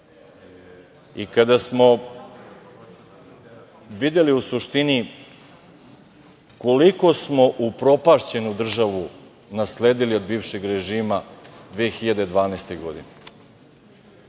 i kada smo videli u suštini koliko smo upropašćenu državu nasledili od bivšeg režima 2012. godine.